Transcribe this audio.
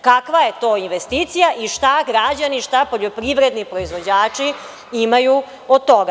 Kakva je to investicija i šta građani, šta poljoprivredni proizvođači imaju od toga?